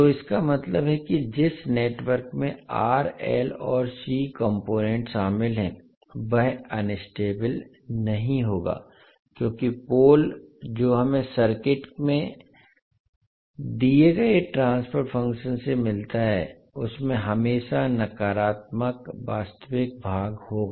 तो इसका मतलब है कि जिस नेटवर्क में R L और C कॉम्पोनेन्ट शामिल हैं वह अनस्टेबल नहीं होगा क्योंकि पोल जो हमें सर्किट के दिए गए ट्रांसफर फंक्शन से मिलता है उसमें हमेशा नकारात्मक वास्तविक भाग होगा